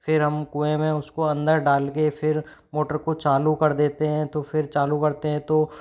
फिर हम कुएँ में उसको अंदर डाल के फिर मोटर को चालू कर देते हैं तो फिर चालू करते हैं तो